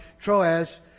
Troas